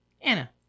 anna